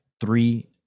three